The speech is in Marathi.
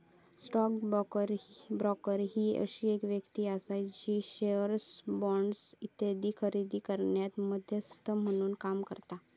स्टॉक ब्रोकर ही अशी व्यक्ती आसा जी शेअर्स, बॉण्ड्स इत्यादी खरेदी करण्यात मध्यस्थ म्हणून काम करता